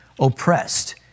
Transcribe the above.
oppressed